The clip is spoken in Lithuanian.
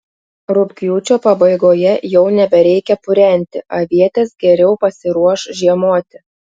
rugpjūčio pabaigoje jau nebereikia purenti avietės geriau pasiruoš žiemoti